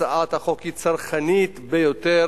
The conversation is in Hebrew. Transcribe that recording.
הצעת החוק היא צרכנית ביותר,